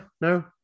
no